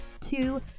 two